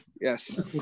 Yes